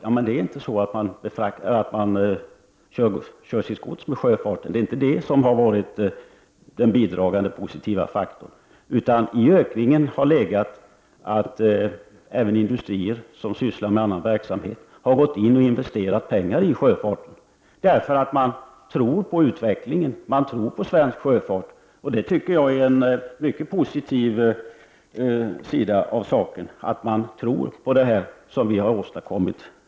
Att man fraktar sitt gods med sjöfart är inte den positivt bidragande faktorn, utan i ökningen ingår att även industrier som sysslar med annan verksamhet har gått in och investerat pengar i sjöfarten, därför att man tror på utvecklingen och på svensk sjöfart. Det är en mycket positiv sida av saken, att man tror på det som vi här i riksdagen har åstadkommit.